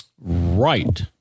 Right